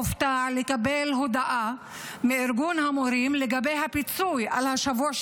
הופתעו לקבל הודעה מארגון המורים לגבי הפיצוי על השבוע,